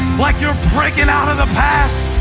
like you're breaking out of the past,